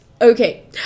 Okay